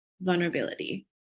vulnerability